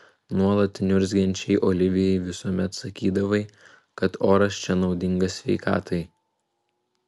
nuolat niurzgančiai olivijai visuomet sakydavai kad oras čia naudingas sveikatai